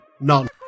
None